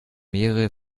mehrere